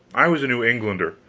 i was a new englander,